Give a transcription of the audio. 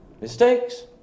mistakes